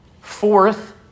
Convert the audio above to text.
Fourth